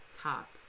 top